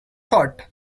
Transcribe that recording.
thought